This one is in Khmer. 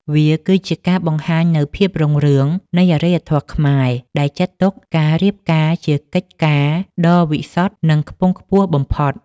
វាគឺជាការបង្ហាញនូវភាពរុងរឿងនៃអរិយធម៌ខ្មែរ ដែលចាត់ទុកការរៀបការជាកិច្ចការដ៏វិសុទ្ធ និងខ្ពង់ខ្ពស់បំផុត។